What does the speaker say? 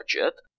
budget